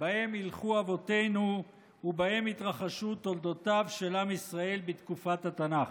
שבהם הילכו אבותינו ובהם התרחשו תולדותיו של עם ישראל בתקופת התנ"ך?